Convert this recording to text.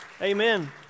Amen